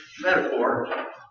metaphor